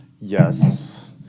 yes